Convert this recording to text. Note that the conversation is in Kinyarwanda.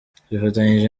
twifatanyije